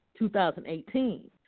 2018